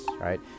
right